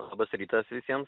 labas rytas visiems